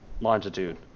longitude